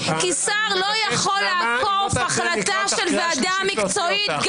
כי שר לא יכול לעקוף החלטה של ועדה מקצועית,